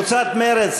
ברושי,